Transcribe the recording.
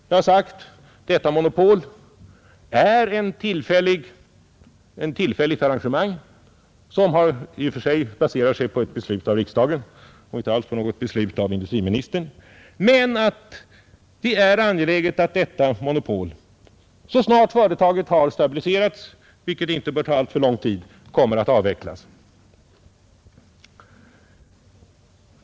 Jag har sagt att detta monopol är ett tillfälligt arrangemang som i och för sig baserar sig på ett beslut av riksdagen — och inte alls på något beslut av industriministern — men att det är angeläget att detta monopol så snart företaget har stabiliserats, vilket inte bör ta alltför lång tid, kommer att avvecklas.